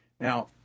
Now